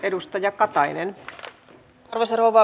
arvoisa rouva puhemies